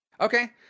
Okay